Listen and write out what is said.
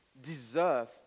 deserve